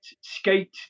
skate